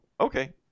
Okay